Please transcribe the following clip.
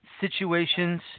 situations